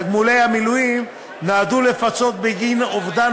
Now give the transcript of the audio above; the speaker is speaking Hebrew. תגמולי המילואים נועדו לפצות בגין אובדן